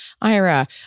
IRA